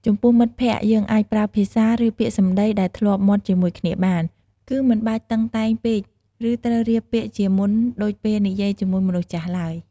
ចំពោះមិត្តភក្តិ យើងអាចប្រើភាសា ឬពាក្យសម្ដីដែលធ្លាប់មាត់ជាមួយគ្នាបាន គឺមិនបាច់តឹងតែងពេក ឬត្រូវរៀបពាក្យជាមុនដូចពេលនិយាយជាមួយមនុស្សចាស់ឡើយ។